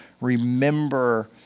remember